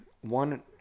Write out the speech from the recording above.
one